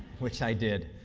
which i did,